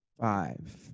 Five